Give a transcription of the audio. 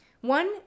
one